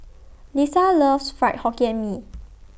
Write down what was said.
Leesa loves Fried Hokkien Mee